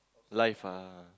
life ah